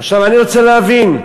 עכשיו, אני רוצה להבין: